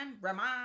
Ramon